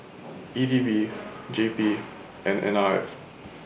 E D B J P and N R F